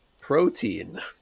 protein